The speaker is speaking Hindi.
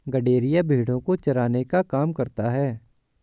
गड़ेरिया भेड़ो को चराने का काम करता है